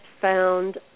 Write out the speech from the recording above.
found